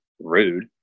Rude